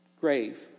grave